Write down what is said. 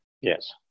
yes